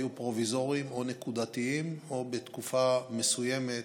היו פרוביזוריים או נקודתיים או בתקופה מסוימת